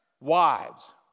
wives